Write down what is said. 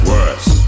Worse